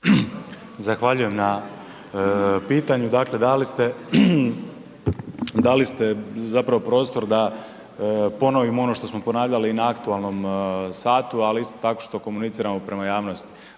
Zahvaljujem na pitanju. Dakle dali ste zapravo prostor da ponovim ono što smo ponavljali i na aktualnom satu ali isto tako što komuniciramo prema javnosti.